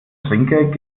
trinkgeld